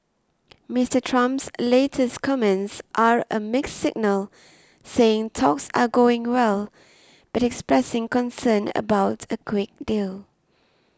Mister Trump's latest comments are a mixed signal saying talks are going well but expressing concern about a quick deal